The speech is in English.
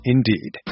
Indeed